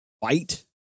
fight